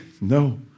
No